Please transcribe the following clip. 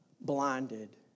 blinded